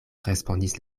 respondis